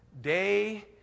Day